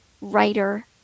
Writer